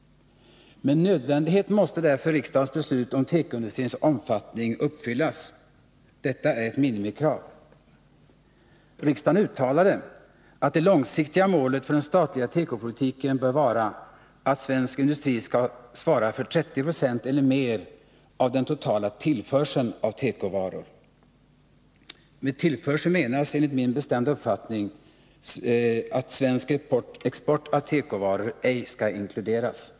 Med nödvändighet måste därför riksdagens beslut om tekoindustrins omfattning uppfyllas. Det är ett minimikrav. Riksdagen uttalade att det långsiktiga målet för den statliga tekopolitiken bör vara att svensk industri skall svara för 30 90 eller mer av den totala tillförseln av tekovaror. I begreppet tillförsel skall enligt min bestämda uppfattning svensk export inte inkluderas.